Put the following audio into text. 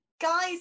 guys